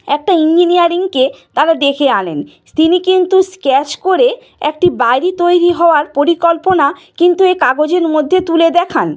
একটা ইঞ্জিনিয়ারকে তারা ডেকে আনেন তিনি কিন্তু স্কেচ করে একটি বাড়ি তৈরি হওয়ার পরিকল্পনা কিন্তু এই কাগজের মধ্যে তুলে দেখান